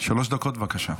שלוש דקות, בבקשה.